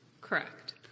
Correct